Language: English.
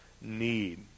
need